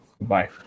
Bye